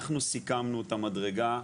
אנחנו סיכמנו את המדרגה,